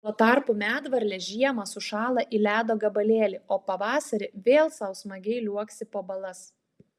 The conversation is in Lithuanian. tuo tarpu medvarlė žiemą sušąla į ledo gabalėlį o pavasarį vėl sau smagiai liuoksi po balas